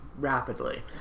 rapidly